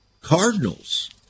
cardinals